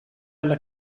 alla